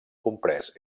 comprès